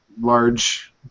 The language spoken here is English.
large